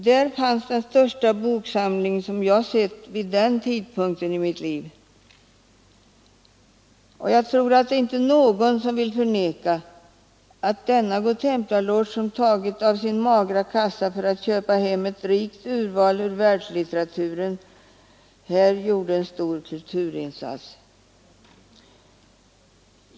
Där fanns den största boksamling som jag sett vid den tidpunkten i mitt liv. Jag tror inte någon vill förneka att denna godtemplarloge, som tagit av sin magra kassa för att köpa hem ett rikt urval ur världslitteraturen, här gjorde en stor kulturinsats.